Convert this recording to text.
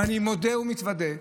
ואני מודה ומתוודה,